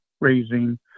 raising